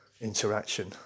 interaction